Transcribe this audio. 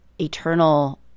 eternal